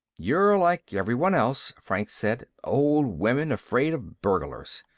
you're like everyone else, franks said. old women afraid of burglars.